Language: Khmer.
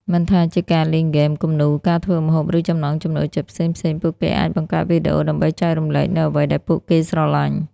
មិនថាជាការលេងហ្គេម គំនូរ ការធ្វើម្ហូប ឬចំណង់ចំណូលចិត្តផ្សេងៗ ពួកគេអាចបង្កើតវីដេអូដើម្បីចែករំលែកនូវអ្វីដែលពួកគេស្រលាញ់។